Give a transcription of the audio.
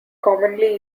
commonly